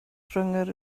rhwng